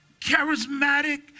charismatic